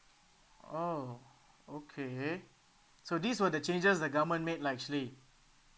oh okay so this were the changes the government made lah actually